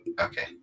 Okay